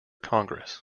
congress